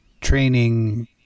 training